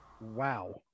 Wow